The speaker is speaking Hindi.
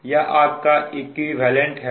यह आपका इक्विवेलेंट है